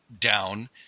down